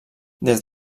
des